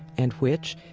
and which,